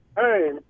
Hey